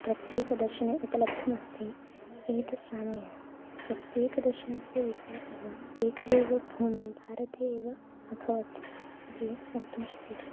प्रत्येकदर्शने उपलब्धमस्ति एतत् साम्येन प्रत्येकदर्शनस्य विकासः एकः एव भूमिः भारते एव अभवत् इति वक्तुं शक्यते